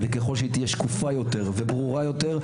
וככל שהיא תהיה שקופה יותר וברורה יותר,